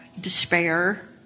despair